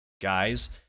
guys